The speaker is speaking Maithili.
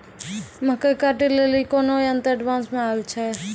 मकई कांटे ले ली कोनो यंत्र एडवांस मे अल छ?